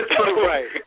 right